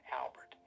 Albert